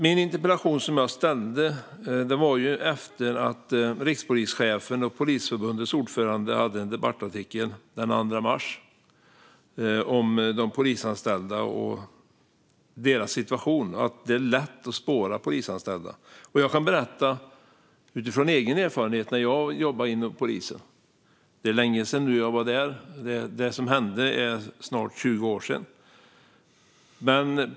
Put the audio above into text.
Jag väckte min interpellation efter att rikspolischefen och Polisförbundets ordförande hade skrivit en debattartikel den 2 mars om de polisanställdas situation i fråga om att det är lätt att spåra polisanställda. Jag kan berätta utifrån egna erfarenheter när jag jobbade inom polisen. Det är länge sedan - snart 20 år - detta hände.